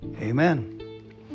Amen